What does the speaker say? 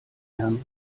herrn